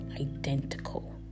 identical